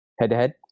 head-to-head